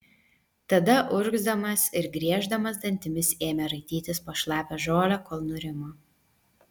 tada urgzdamas ir grieždamas dantimis ėmė raitytis po šlapią žolę kol nurimo